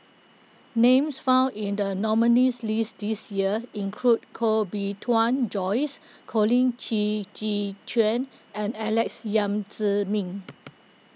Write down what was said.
names found in the nominees list this year include Koh Bee Tuan Joyce Colin Qi Zhe Quan and Alex Yam Ziming